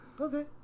Okay